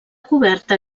coberta